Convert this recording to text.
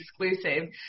exclusive